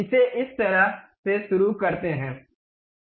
इसे इस तरह से शुरू करते हैं